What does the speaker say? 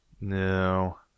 No